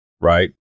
right